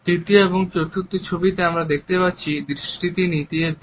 তৃতীয় এবং চতুর্থ ছবিতে আমরা দেখতে পাচ্ছি দৃষ্টিটি নিচের দিকে